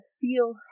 feel